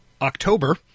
October